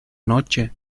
noche